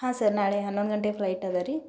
ಹಾಂ ಸರ್ ನಾಳೆ ಹನ್ನೊಂದು ಗಂಟೆ ಫ್ಲೈಟ್ ಅದರೀ